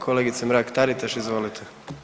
Kolegice Mrak-Taritaš, izvolite.